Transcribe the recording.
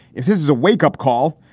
if this is a wakeup call,